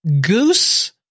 goose